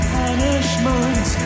punishment